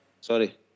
Sorry